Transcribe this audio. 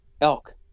elk